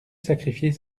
sacrifier